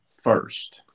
first